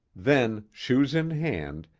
then, shoes in hand,